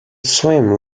swim